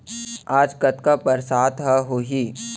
आज कतका बरसात ह होही?